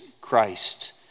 Christ